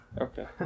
Okay